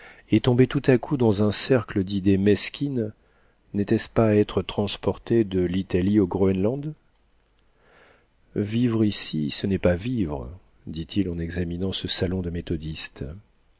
et tomber tout à coup dans un cercle d'idées mesquines n'était-ce pas être transporté de l'italie au groënland vivre ici ce n'est pas vivre se dit-il en examinant ce salon de méthodiste